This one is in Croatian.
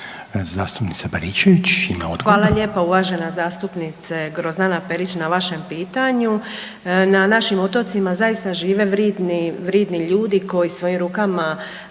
Hvala lijepo uvažena zastupnice Grozdana Perić na vašem pitanju. Na našim otocima zaista žive vridni ljudi koji svojim rukama